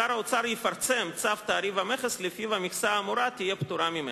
שר האוצר יפרסם צו תעריף המכס שלפיו המכסה האמורה תהיה פטורה ממכס.